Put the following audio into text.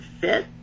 fit